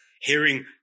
hearing